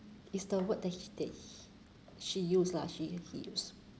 it's the word that he that h~ she use lah she use he use